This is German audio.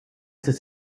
des